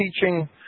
teaching